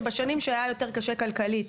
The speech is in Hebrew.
שבשנים שהיה יותר קשה כלכלית,